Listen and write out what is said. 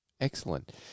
Excellent